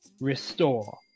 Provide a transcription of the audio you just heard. restore